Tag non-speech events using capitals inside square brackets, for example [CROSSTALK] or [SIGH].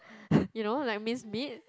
[BREATH] you know like minced meat